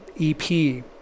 EP